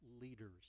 leaders